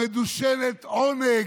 המדושנת עונג,